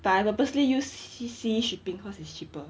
but I purposely use sea shipping cause it's cheaper